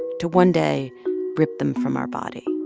to one day rip them from our body